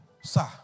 sir